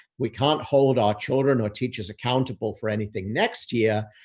we can't hold our children or teachers accountable for anything next year.